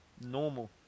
normal